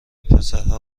پسرها